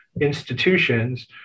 institutions